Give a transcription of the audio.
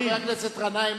חבר הכנסת אחמד טיבי,